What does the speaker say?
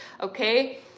okay